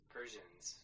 Persians